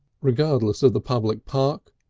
regardless of the public park,